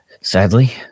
Sadly